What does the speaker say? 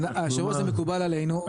היושב ראש זה מקובל עלינו,